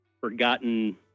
forgotten